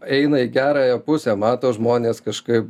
eina į gerąją pusę mato žmonės kažkai